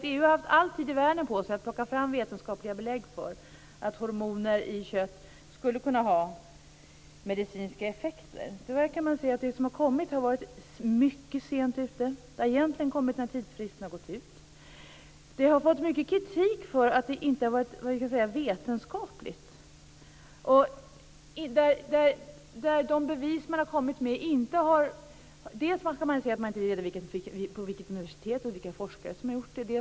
EU har haft all tid i världen på sig att plocka fram vetenskapliga belägg för att hormoner i kött skulle kunna ha medicinska effekter. Tyvärr har man varit mycket sent ute med det som kommit. Det har egentligen kommit när tidsfristen har gått ut. Man har fått kritik för att det inte har varit vetenskapligt. När det gäller de bevis man har kommit med har man inte redovisat på vilket universitet de har tagits fram och av vilka forskare.